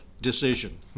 decision